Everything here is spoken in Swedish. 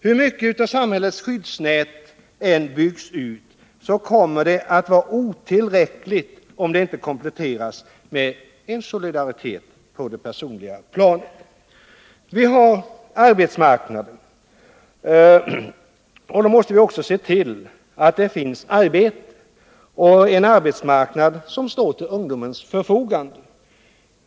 Hur mycket samhäliets skyddsnät än byggs ut kommer det att vara otillräckligt om det inte kompletteras med solidaritet på det personliga planet. Vi måste se till att arbetsmarknaden kan erbjuda ungdomar arbete.